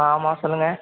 ஆ ஆமாம் சொல்லுங்கள்